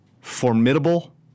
formidable